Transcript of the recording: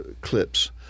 clips